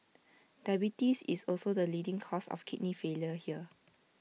diabetes is also the leading cause of kidney failure here